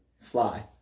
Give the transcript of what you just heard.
Fly